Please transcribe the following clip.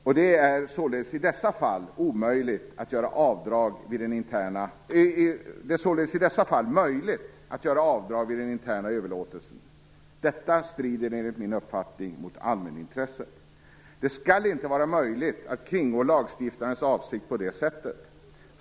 Och det är således i dessa fall möjligt att göra avdrag vid den interna överlåtelsen. Detta strider enligt min uppfattning mot allmänintresset. Det skall inte vara möjligt att kringgå lagstiftarnas avsikt på det sättet.